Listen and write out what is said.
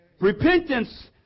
Repentance